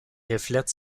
reflète